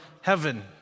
heaven